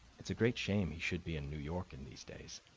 it's a great shame he should be in new york in these days.